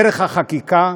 דרך החקיקה,